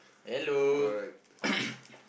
hello